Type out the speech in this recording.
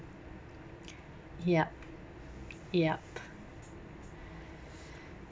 yup yup